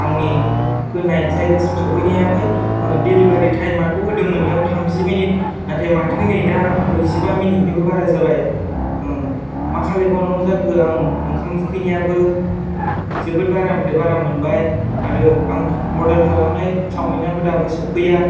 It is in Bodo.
आंनि होनाय जायगासिम सौफैनो हायाखै डिलिभारि टाइमाथ' होदोंमोन बेयाव थामजि मिनिट नाथाय माथो नै दा ब्रैजिबा मिनिट निबो बारा जाबाय मा खालायबावनांगौ जाखो आं ओंखाम उखैनायाबो जोबोर बारानिफ्राइ बारा मोनबाय आरो आं अर्डार खालामनाय चावमिनाबो दाबो सौफैया